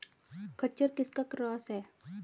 खच्चर किसका क्रास है?